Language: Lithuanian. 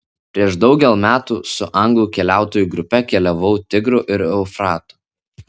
prieš daugel metų su anglų keliautojų grupe keliavau tigru ir eufratu